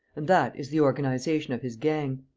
and that is the organization of his gang.